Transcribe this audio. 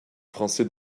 français